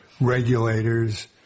regulators